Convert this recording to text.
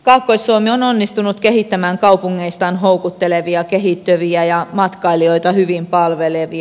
kaakkois suomi on onnistunut kehittämään kaupungeistaan houkuttelevia kehittyviä ja matkailijoita hyvin palvelevia